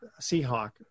Seahawk